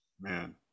Man